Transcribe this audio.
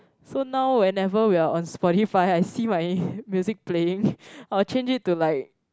so now whenever we are on Spotify I see my music playing I'll change it to like